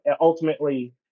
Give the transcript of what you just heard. ultimately